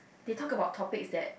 they talk about topics that